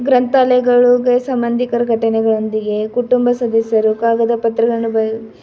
ಗ್ರಂಥಾಲಯಗಳುಗೆ ಸಂಬಂಧಿಕರ ಘಟನೆಗಳೊಂದಿಗೆ ಕುಟುಂಬ ಸದಸ್ಯರು ಕಾಗದ ಪತ್ರಗಳನ್ನು ಬರೆ